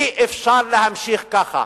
אי-אפשר להמשיך ככה.